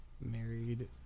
Married